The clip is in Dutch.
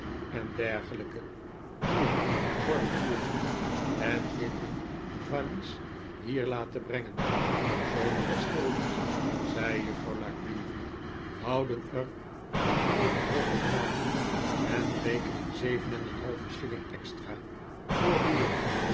en dergelijke die een uniform huren en in een valies hier laten brengen sommige schilders zei juffrouw la creevy houden er een rooden rok op na en rekenen zeven en een halven shilling extra voor